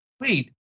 wait